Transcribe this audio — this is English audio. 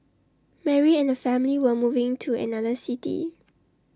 Mary and her family were moving to another city